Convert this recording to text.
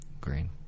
Green